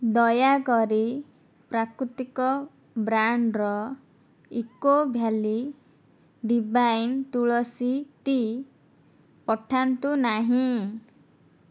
ଦୟାକରି ପ୍ରାକୃତିକ ବ୍ରାଣ୍ଡ୍ର Eco Valley Divine tulsi tea ପଠାନ୍ତୁ ନାହିଁ